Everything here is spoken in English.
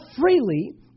freely